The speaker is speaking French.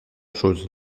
chose